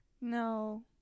No